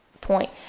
point